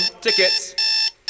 Tickets